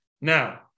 Now